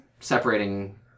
separating